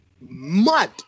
mud